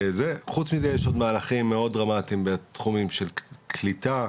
חוץ מזה יש עוד מהלכים מאוד דרמטיים בתחומים של קליטה,